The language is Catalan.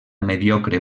mediocre